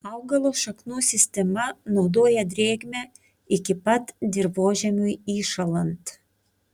augalo šaknų sistema naudoja drėgmę iki pat dirvožemiui įšąlant